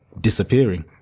disappearing